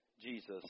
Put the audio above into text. Jesus